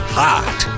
hot